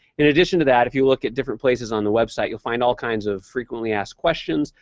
in addition to that, if you look at different places on the website, you'll find all kinds of frequently asked questions,